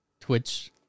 Twitch